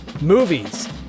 Movies